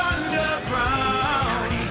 Underground